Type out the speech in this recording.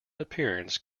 appearance